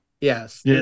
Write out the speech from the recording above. Yes